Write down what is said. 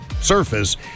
surface